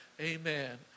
Amen